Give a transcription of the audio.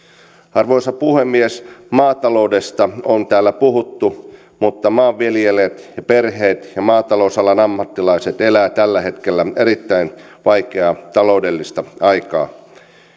arvoisa puhemies maataloudesta on täällä puhuttu mutta maanviljelijät ja perheet ja maatalousalan ammattilaiset elävät tällä hetkellä erittäin vaikeaa taloudellista aikaa